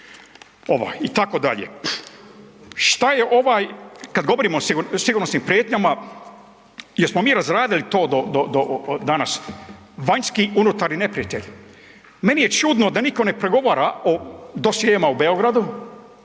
znam, itd. Šta je ovaj, kad govorimo o sigurnosnim prijetnjama jesmo mi razradili to danas? Vanjski i unutarnji neprijatelj. Meni je čudno da niko ne progovara o dosjeima u Beogradu,